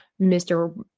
Mr